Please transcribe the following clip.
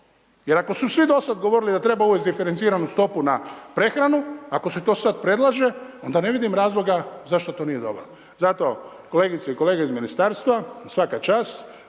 Jer ako su svi dosad govorili da treba uvesti diferenciranu stopu na prehranu, ako se to sad predlaže, onda ne vidim razloga zašto to nije dobro. Zato, kolegice i kolege iz Ministarstva, svaka čast.